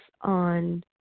on